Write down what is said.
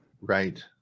Right